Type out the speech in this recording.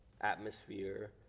atmosphere